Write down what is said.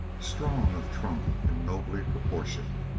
strong of trunk and nobly proportioned.